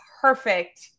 perfect